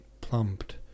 plumped